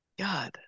God